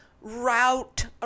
route